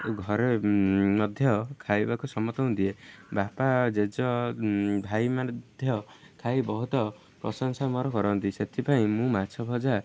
ଘରେ ମଧ୍ୟ ଖାଇବାକୁ ସମସ୍ତଙ୍କୁ ଦିଏ ବାପା ଜେଜ ଭାଇମାନେ ମଧ୍ୟ ଖାଇ ବହୁତ ପ୍ରଶଂସା ମୋର କରନ୍ତି ସେଥିପାଇଁ ମୁଁ ମାଛ ଭଜା